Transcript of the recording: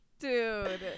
dude